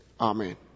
Amen